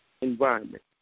environment